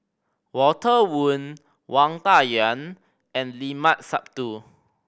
Walter Woon Wang Dayuan and Limat Sabtu